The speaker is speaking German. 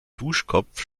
duschkopf